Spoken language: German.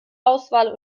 auswahl